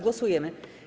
Głosujemy.